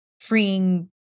freeing